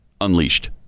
unleashed